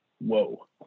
whoa